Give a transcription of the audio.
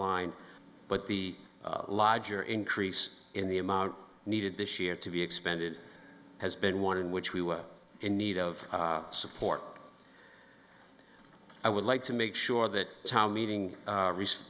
line but the lodger increase in the amount needed this year to be expended has been one in which we were in need of support i would like to make sure that town meeting